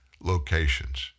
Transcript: locations